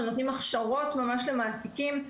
שנותנים ממש הכשרות למעסיקים,